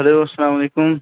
hello اسلام علیکُم